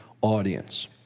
audience